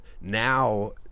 now